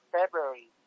February